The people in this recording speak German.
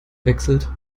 wechselt